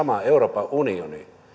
samaa euroopan unionia